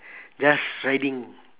just riding